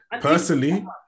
Personally